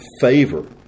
favor